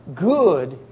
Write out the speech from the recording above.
good